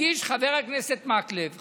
הגיש חבר הכנסת מקלב חברי,